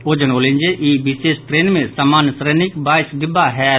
ओ जनौलनि जे ई विशेष ट्रेन मे सामन्य श्रेणीक बाइस डिब्बा होयत